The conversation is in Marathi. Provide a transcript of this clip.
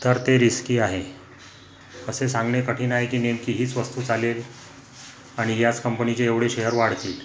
तर ते रिस्की आहे असे सांगणे कठीण आहे की नेमकी हीच वस्तू चालेल आणि याच कंपनीचे एवढे शेअर वाढतील